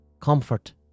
comfort